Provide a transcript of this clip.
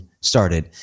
started